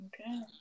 Okay